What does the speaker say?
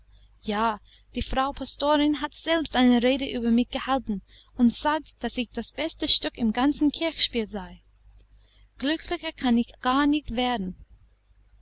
ja die frau pastorin hat selbst eine rede über mich gehalten und gesagt daß ich das beste stück im ganzen kirchspiel sei glücklicher kann ich gar nicht werden